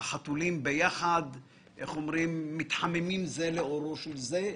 החתולים מתחממים זה לעורו של זה.